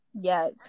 yes